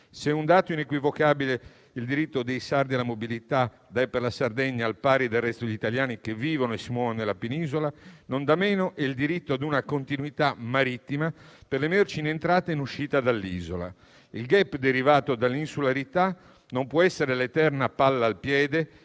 Se è un dato inequivocabile il diritto dei sardi alla mobilità da e per la Sardegna, al pari del resto degli italiani che vivono e si muovono nella penisola, non da meno è il diritto a una continuità marittima per le merci in entrata e in uscita dall'isola. Il *gap* derivato dall'insularità non può essere l'eterna palla al piede